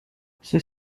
ceux